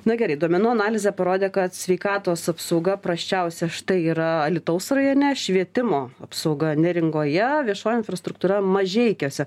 na gerai duomenų analizė parodė kad sveikatos apsauga prasčiausia štai yra alytaus rajone švietimo apsauga neringoje viešoji infrastruktūra mažeikiuose